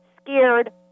scared